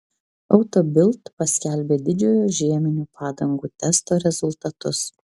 auto bild paskelbė didžiojo žieminių padangų testo rezultatus